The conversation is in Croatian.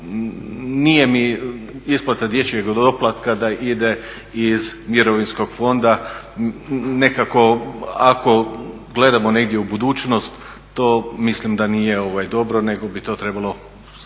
nije mi isplata dječjeg doplatka da ide iz mirovinskog fonda, nekako ako gledamo negdje u budućnost to mislim da nije dobro, nego bi to trebalo